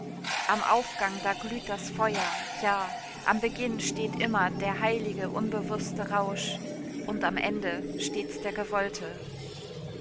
am aufgang da glüht das feuer ja am beginn steht immer der heilige unbewußte rausch und am ende stets der gewollte